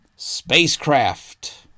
Spacecraft